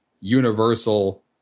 universal